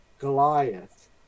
Goliath